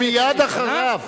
אני מבקש,